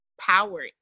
power